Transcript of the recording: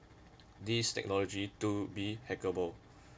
this technology to be hackable